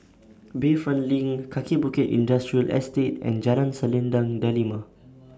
Bayfront LINK Kaki Bukit Industrial Estate and Jalan Selendang Delima